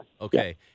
Okay